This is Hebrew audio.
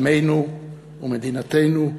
עמנו ומדינתנו,